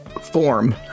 form